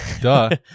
duh